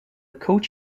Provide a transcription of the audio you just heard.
coach